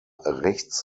rechts